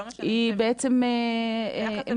לא --- היא בעצם מקוונת?